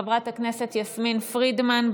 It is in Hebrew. חברת הכנסת יסמין פרידמן,